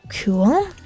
cool